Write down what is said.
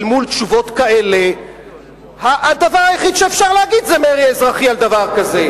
אל מול תשובות כאלה הדבר היחיד שאפשר להגיד זה מרי אזרחי על דבר כזה,